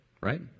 right